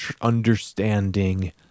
understanding